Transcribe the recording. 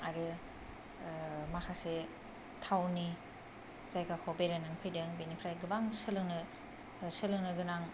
आरो माखासे थावनि जायगाखौ बेरायनानै फैदों बेनिफ्राय गोबां सोलोंनो सोलोंनो गोनां